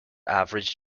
average